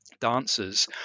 dancers